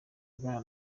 aganira